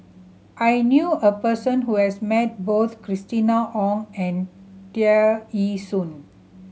I knew a person who has met both Christina Ong and Tear Ee Soon